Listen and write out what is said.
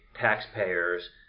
taxpayers